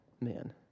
man